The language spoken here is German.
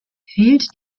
fehlt